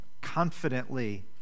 confidently